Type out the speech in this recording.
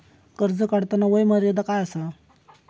कर्ज काढताना वय मर्यादा काय आसा?